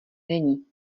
není